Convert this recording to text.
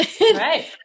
right